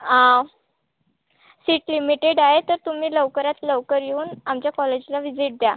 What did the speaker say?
seat limited आहे तर तुम्ही लवकरात लवकर येऊन आमच्या कॉलेजला विझिट दया